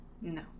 No